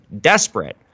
desperate